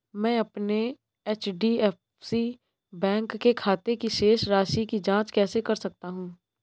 मैं अपने HDFC bank के खाते की शेष राशि की जाँच कैसे कर सकता हूँ?